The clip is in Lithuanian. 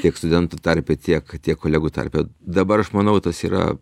tiek studentų tarpe tiek tiek kolegų tarpe dabar aš manau tas yra